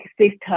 system